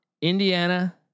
Indiana